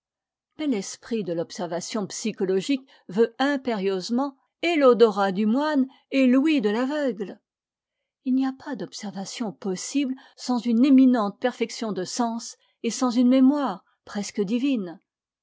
mais l'esprit de l'observation psychologique veut impérieusement et l'odorat du moine et l'ouïe de l'aveugle il n'y a pas d'observation possible sans une éminente perfection de sens et sans une mémoire presque divine